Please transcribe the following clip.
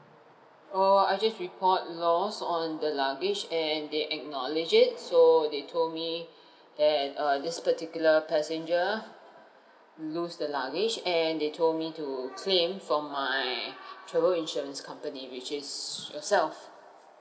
oh I just report lost on the luggage and they acknowledged it so they told me that err this particular passenger lose the luggage and they told me to claim from my travel insurance company which is yourself